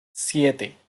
siete